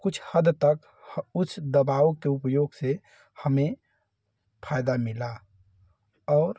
कुछ हद तक उस दवाओं के उपयोग से हमें फ़ायदा मिला और